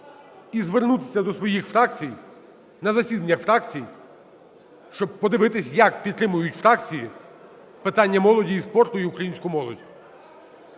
І звернутися до своїх фракцій на засіданнях фракцій, щоб подивитись, як підтримують фракції питання молоді і спорту і українську молодь.